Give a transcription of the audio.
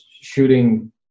shooting